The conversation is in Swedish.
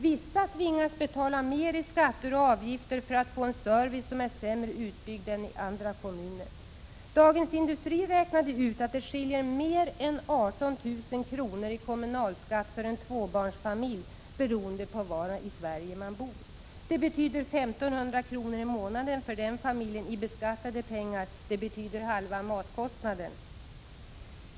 Vissa tvingas betala mer i skatter och avgifter för att få en service som är sämre utbyggd än i andra kommuner. Dagens Industri räknade ut att det skiljer mer än 18 000 kr. i kommunalskatt för en tvåbarnsfamilj beroende på var i Sverige man bor. Det betyder 1 500 kr. i månaden för den familjen i beskattade pengar. Det är halva matkostnaden.